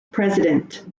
president